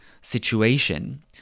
situation